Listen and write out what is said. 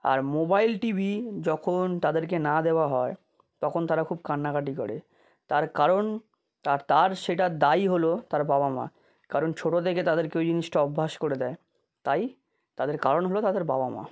আর mobile TV যখন তাদেরকে না দেওয়া হয় তখন তারা খুব কান্নাকাটি করে তার কারণ তার তার সেটা দায়ী হলো তার বাবা মা কারণ ছোটো থেকে তাদেরকে ওই জিনিসটা অভ্যাস করে দেয় তাই তাদের কারণ হলো তাদের বাবা মা